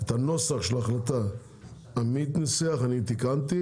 את הנוסח של ההחלטה עמית ניסח אני תיקנתי